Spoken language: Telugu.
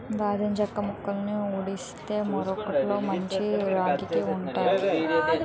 దాల్చిన చెక్క మొక్కలని ఊడిస్తే మారకొట్టులో మంచి గిరాకీ వుంటాది